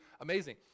amazing